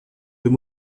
deux